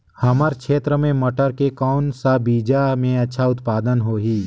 हमर क्षेत्र मे मटर के कौन सा बीजा मे अच्छा उत्पादन होही?